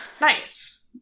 Nice